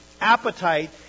appetite